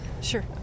Sure